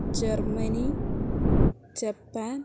Germany Japan